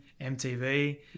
mtv